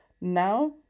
Now